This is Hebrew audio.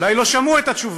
אולי לא שמעו את התשובה,